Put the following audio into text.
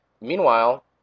meanwhile